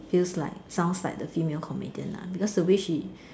feels like sounds like the female comedian lah because the way she